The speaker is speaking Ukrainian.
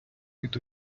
від